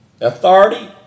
Authority